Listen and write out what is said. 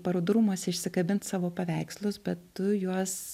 parodų rūmuose išsikabint savo paveikslus bet tu juos